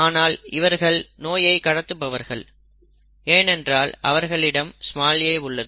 ஆனால் இவர்கள் நோயை கடத்துபவர்கள் ஏனென்றால் அவர்களிடம் a உள்ளது